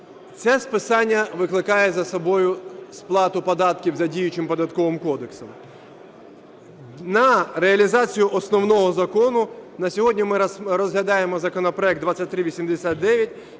Це списання викликає за собою сплату податків за діючим Податковим кодексом. На реалізацію основного закону на сьогодні ми розглядаємо законопроект 2389,